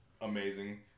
amazing